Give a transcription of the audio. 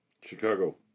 Chicago